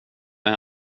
med